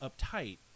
uptight